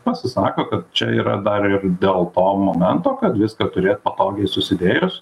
pasisako kad čia yra dar ir dėl to momento kad viską turėt patogiai susidėjus